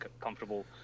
comfortable